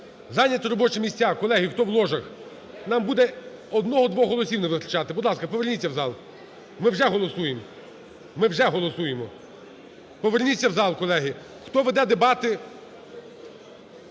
зайняти робочі місця, колеги, хто в ложах, нам буде одного, двох голосів не вистачати, будь ласка, поверніться в зал, ми вже голосуємо, ми вже голосуємо. Поверніться в зал, колеги. Хто веде дебати…